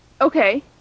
Okay